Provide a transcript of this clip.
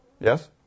Yes